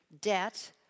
debt